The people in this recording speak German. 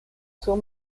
zur